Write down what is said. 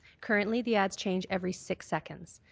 currently the ads change every six seconds.